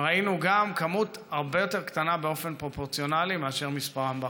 ראינו מספר הרבה יותר קטן באופן פרופורציונלי למספרם באוכלוסייה.